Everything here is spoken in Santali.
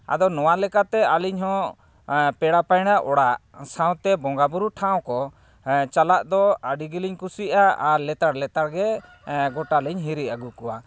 ᱟᱫᱚ ᱱᱚᱣᱟ ᱞᱮᱠᱟᱛᱮ ᱟᱹᱞᱤᱧ ᱦᱚᱸ ᱯᱮᱲᱟ ᱯᱟᱹᱲᱦᱟᱹ ᱚᱲᱟᱜ ᱥᱟᱶᱛᱮ ᱵᱚᱸᱜᱟ ᱵᱩᱨᱩ ᱴᱷᱟᱶ ᱠᱚ ᱪᱟᱞᱟᱜ ᱫᱚ ᱟᱹᱰᱤ ᱜᱮᱞᱤᱧ ᱠᱩᱥᱤᱭᱟᱜᱼᱟ ᱟᱨ ᱞᱮᱛᱟᱲ ᱞᱮᱛᱟᱲ ᱜᱮ ᱜᱚᱴᱟ ᱞᱤᱧ ᱦᱤᱨᱤ ᱟᱹᱜᱩ ᱠᱚᱣᱟ